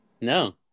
No